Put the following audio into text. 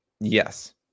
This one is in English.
Yes